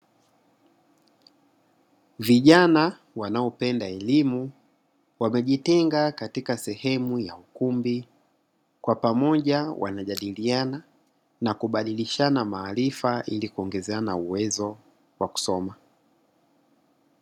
Vijana wanaopenda elimu wamejitenga katika sehemu ya ukumbi, kwa pamoja wanajadiliana na kubadilishana maarifa ili kuongezeana uwezo wa kusoma.